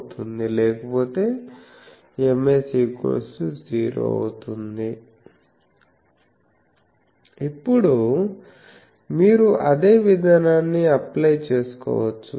అవుతుంది లేకపోతే Ms0 అవుతుంది ఇప్పుడు మీరు అదే విధానాన్ని అప్లై చేసుకోవచ్చు